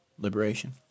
liberation